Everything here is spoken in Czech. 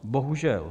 Bohužel.